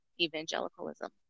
evangelicalism